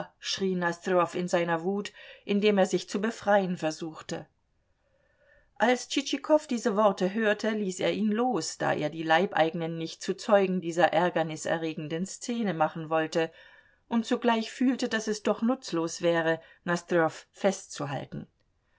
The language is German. nosdrjow in seiner wut indem er sich zu befreien versuchte als tschitschikow diese worte hörte ließ er ihn los da er die leibeigenen nicht zu zeugen dieser ärgerniserregenden szene machen wollte und zugleich fühlte daß es doch nutzlos wäre nosdrjow festzuhalten